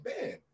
man